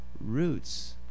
roots